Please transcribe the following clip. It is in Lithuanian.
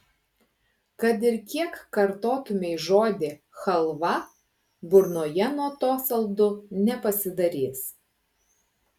kad ir kiek kartotumei žodį chalva burnoje nuo to saldu nepasidarys